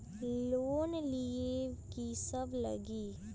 Loan लिए की सब लगी?